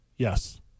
Yes